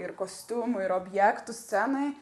ir kostiumų ir objektų scenai